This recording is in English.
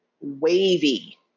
wavy